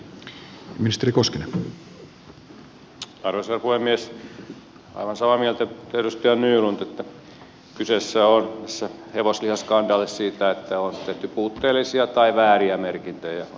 olen aivan samaa mieltä kuin edustaja nylund että tässä hevoslihaskandaalissa on kyse siitä että on tehty puutteellisia tai vääriä merkintöjä